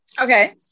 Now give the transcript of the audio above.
Okay